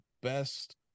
best